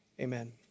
amen